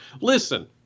listen